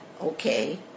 Okay